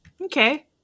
Okay